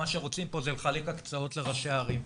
מה שרוצים פה זה לחלק הקצאות לראשי ערים,